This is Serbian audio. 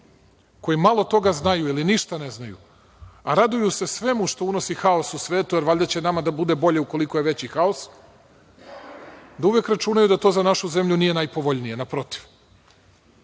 koji malo toga znaju ili ništa ne znaju, a raduju se svemu što unosi haos u svetu, jer valjda će nama da bude bolje ukoliko je veći haos, da uvek računaju da to za našu zemlju nije najpovoljnije, naprotiv. Što